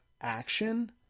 action